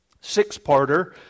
six-parter